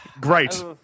Great